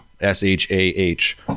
S-H-A-H